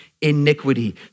iniquity